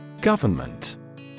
Government